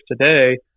today